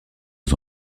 aux